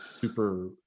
super